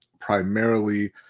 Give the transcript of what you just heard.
primarily